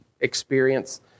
experience